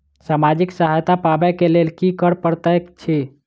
सामाजिक सहायता पाबै केँ लेल की करऽ पड़तै छी?